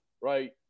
right